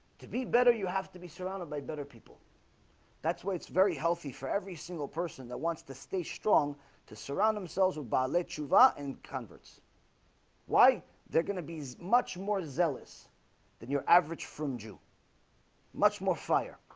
to be better you have to be surrounded by better people that's why it's very healthy for every single person that wants to stay strong to surround themselves with violet java and converts why they're gonna be as much more zealous than your average from jus much more fire